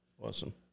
Awesome